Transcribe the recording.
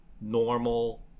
normal